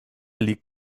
legt